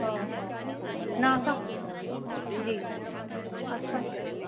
हा हा हा न असां जी असां